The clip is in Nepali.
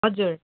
हजुर